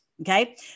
Okay